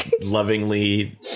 lovingly